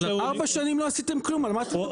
ארבע שנים לא עשיתם כלום, על מה אתה מדבר?